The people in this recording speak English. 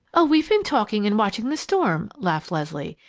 oh, we've been talking and watching the storm! laughed leslie.